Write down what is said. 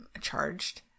charged